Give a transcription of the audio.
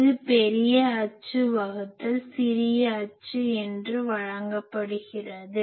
இது பெரிய அச்சு வகுத்தல் சிறிய அச்சு என்று வழங்கப்படுகிறது